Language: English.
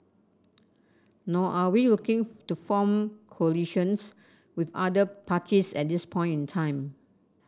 nor are we looking to form coalitions with other parties at this point in time